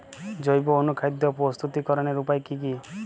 জৈব অনুখাদ্য প্রস্তুতিকরনের উপায় কী কী?